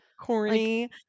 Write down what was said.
corny